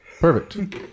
Perfect